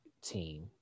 team